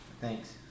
Thanks